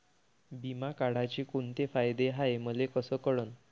बिमा काढाचे कोंते फायदे हाय मले कस कळन?